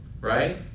right